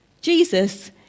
Jesus